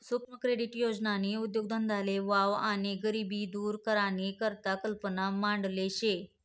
सुक्ष्म क्रेडीट योजननी उद्देगधंदाले वाव आणि गरिबी दूर करानी करता कल्पना मांडेल शे